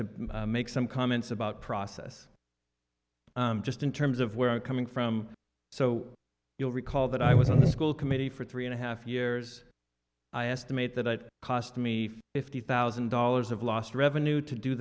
to make some comments about process just in terms of where i'm coming from so you'll recall that i was on the school committee for three and a half years i estimate that it cost me fifty thousand dollars of lost revenue to do